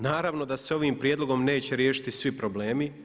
Naravno da se ovim prijedlogom neće riješiti svi problemi.